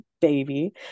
baby